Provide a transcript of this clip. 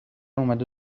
اومده